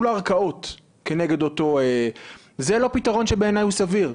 לערכאות כנגד אותו --- זה לא פתרון סביר בעיניי,